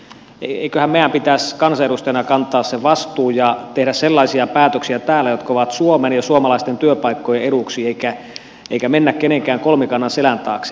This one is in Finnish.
eiköhän meidän pitäisi kansanedustajina kantaa se vastuu ja tehdä sellaisia päätöksiä täällä jotka ovat suomen ja suomalaisten työpaikkojen eduksi eikä mennä minkään kolmikannan selän taakse